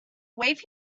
wave